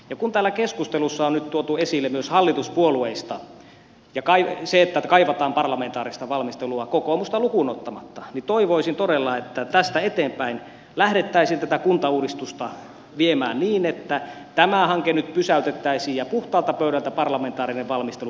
kun täällä keskustelussa on nyt tuotu esille myös hallituspuolueista se että kaivataan parlamentaarista valmistelua kokoomusta lukuun ottamatta niin toivoisin todella että tästä eteenpäin lähdettäisiin tätä kuntauudistusta viemään niin että tämä hanke nyt pysäytettäisiin ja puhtaalta pöydältä parlamentaarinen valmistelu käynnistettäisiin